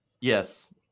yes